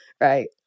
right